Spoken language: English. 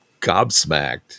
gobsmacked